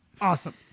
Awesome